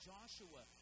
Joshua